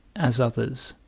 as others,